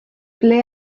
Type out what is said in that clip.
ble